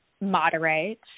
moderate